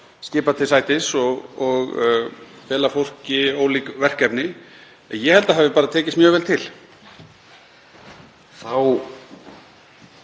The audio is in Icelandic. skipa til sætis og fela fólki ólík verkefni. En ég held að það hafi bara tekist mjög vel til.